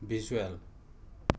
visual